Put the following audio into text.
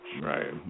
Right